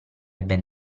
ben